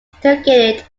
interrogated